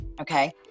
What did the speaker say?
Okay